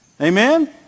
Amen